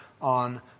on